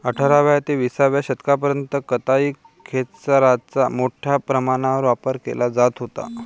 अठराव्या ते विसाव्या शतकापर्यंत कताई खेचराचा मोठ्या प्रमाणावर वापर केला जात होता